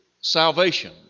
salvation